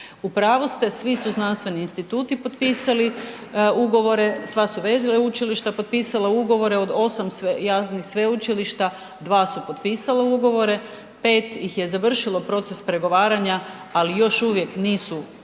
U pravu ste, svi su znanstveni instituti potpisali ugovore. Sva su veleučilišta potpisala ugovore od 8 javnih sveučilišta, 2 su potpisala ugovore, 5 ih je završilo proces pregovaranja, ali još uvijek nisu dakle